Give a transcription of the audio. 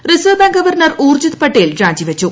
reserve bank governor Urjit Patel രാജി വച്ചു